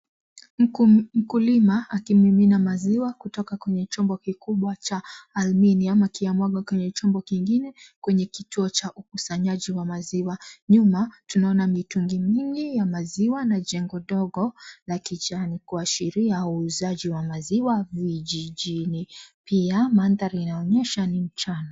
Mkulima akimimina maziwa kutoka kwenye chombo kikubwa cha aluminium akiyamwaga kwenye chombo kingine kwenye kituo cha ukusanyaji maziwa. Nyuma tunaona mitungi mingi ya maziwa na jengo dogo la kijani kuashiria uuzaji wa maziwa vijijini pia mandhari inaonyesha ni mchana.